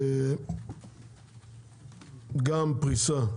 גם פריסה,